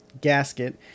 gasket